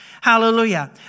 Hallelujah